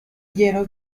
lleno